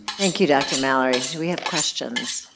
thank you, dr. mallory. do we have questions,